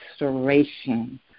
restoration